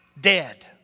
Dead